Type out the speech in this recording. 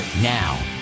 Now